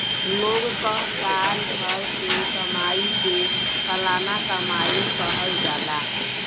लोग कअ साल भर के कमाई के सलाना कमाई कहल जाला